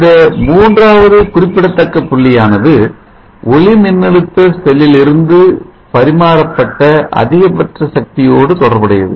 இந்த மூன்றாவது குறிப்பிடத்தக்க புள்ளியானது ஒளிமின்னழுத்த செல்லிலிருந்து பரிமாறப்பட்ட அதிகபட்ச சக்தியோடு தொடர்புடையது